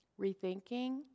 rethinking